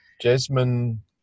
Jasmine